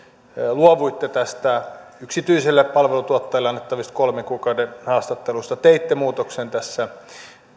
luovuitte yksityisille palveluntuottajille annettavista kolmen kuukauden haastatteluista teitte muutoksen